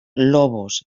lobos